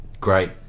great